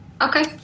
Okay